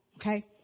Okay